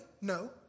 No